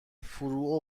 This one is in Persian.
فرو